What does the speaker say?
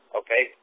okay